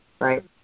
right